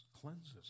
cleanses